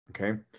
Okay